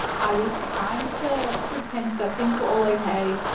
i was trying to pretend that things were all okay,